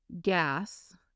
gas